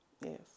Yes